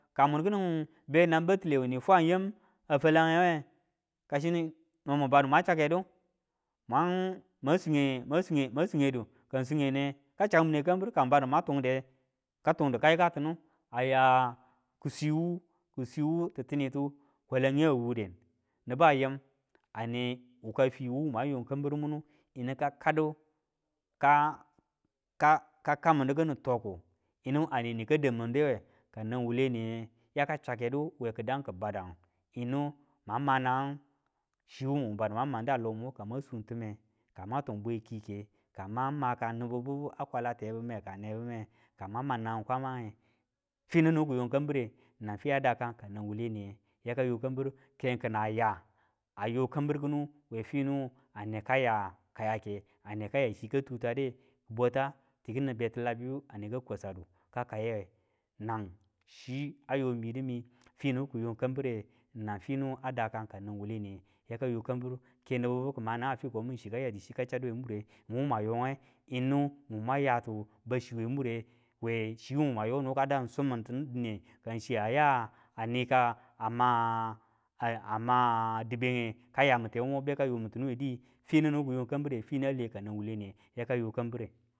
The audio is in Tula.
Ka muning kining benam batile ni fwa yam a falange we kachino mun badu mwan chake du mwan singedu mun singedu mun singedu ka singene ka chaku mine kambir ka mun badu mwan tungde ka tunge ka tungdu ka yikatidu aya kiswiwu, kiswiwu titini tu kwa langi ya wude niba yim ane wuka fi wu mwan you kambiur munu yinu ka kadu ka- ka- ka- kamindi kini toku yinu aneni ka dammindewe kanang wuwule nye yaka chake du we kidangu, yinu ma ma nangagu chiwu mu badu mwan manda lomo, ka mwan sun time ka mwan tung bwe kike, ka mwang maka nibu bibu a kwala tebume, ka mwan mangang kwamange, finu nibu kiyong kambire nang fi ya dakan ka nang wuwule niye yaka yo kambiru ken kin na ya yo kambir kini we finu ane kaya kayake, ane ka ya chika tuta de, kibwata tikini beti labiyuane ka kwa sa du ka nkaiye we, nang chi a yi mi yidu mi fi nibu kiyong kambire nan finu a da kan kanan wuwule niye yaka yo kambiru ke nibu bibu chi ki ma nangnag fikon mu chi kayati hi ka chade we mwure, mumwan yonge mwa yati bachi we mure we chi mwan yonge nibu dan sumin tidu kaya nika kaya minte wumo kayo mantiduwe di, finu nibu kiyon kambire fina le kanang wuwule niye yaka yon kambire.